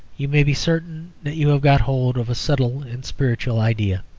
you may be certain that you have got hold of a subtle and spiritual idea.